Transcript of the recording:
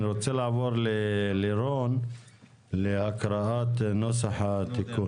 אני רוצה לעבור ללירון, להקראת נוסח התיקון.